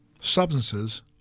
substances